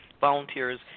volunteers